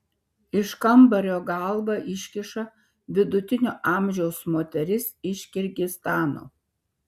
iš kambario galvą iškiša vidutinio amžiaus moteris iš kirgizstano